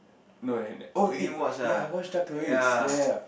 no had that oh eh I watch dark tourist ya ya ya